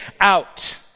out